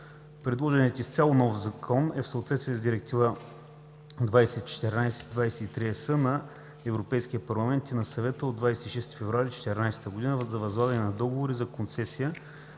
Предложеният изцяло нов Закон е в съответствие с Директива 2014/23/ЕС на Европейския парламент и на Съвета от 26 февруари 2014 г. за възлагане на договори за концесия